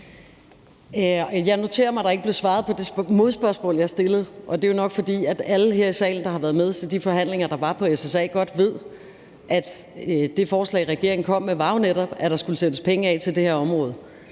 Jeg noterer mig, at der ikke blev svaret på det modspørgsmål, jeg stillede, og det er jo nok, fordi alle her i salen, der har været med til de forhandlinger, der var på SSA, godt ved, at det forslag, regeringen kom med, netop var, at der skulle sættes penge af til det her område.